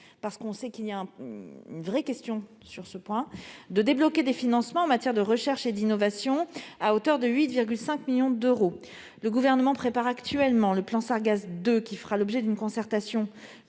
nous savons qu'il y a un vrai sujet à cet égard -et de débloquer des financements en matière de recherche et d'innovation, à hauteur de 8,5 millions d'euros. Le Gouvernement prépare actuellement le plan Sargasses II, qui fera l'objet d'une concertation